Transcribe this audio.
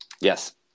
Yes